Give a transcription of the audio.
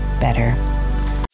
better